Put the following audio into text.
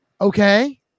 Okay